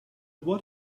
what